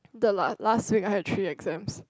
the last last week I had three exams